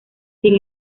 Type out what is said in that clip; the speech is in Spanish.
sin